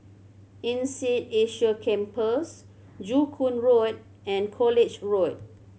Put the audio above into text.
INSEAD Asia Campus Joo Koon Road and College Road